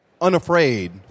unafraid